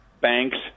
banks